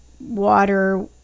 water